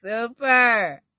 Super